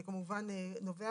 זה כמובן נובע